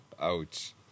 Ouch